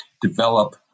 develop